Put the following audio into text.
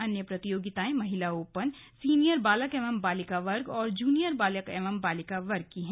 अन्य प्रतियोगिताएं महिला ओपन सीनियर बालक बालिका वर्ग और जूनियर बालक बालिका वर्ग है